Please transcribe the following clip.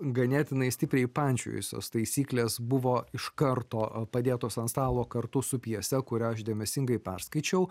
ganėtinai stipriai pančiojusios taisyklės buvo iš karto padėtos ant stalo kartu su pjese kurią aš dėmesingai perskaičiau